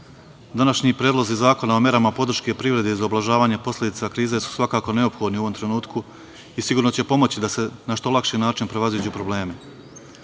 današnji predlozi zakona o merama podrške privredi za ublažavanje posledica krize su svakako neophodni u ovom trenutku i sigurno će pomoći da se na nešto lakši način prevaziđu problemi. Ovaj